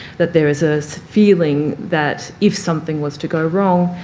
that there is a feeling that if something was to go wrong,